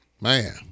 Man